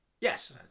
Yes